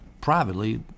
privately